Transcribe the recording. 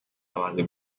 amaze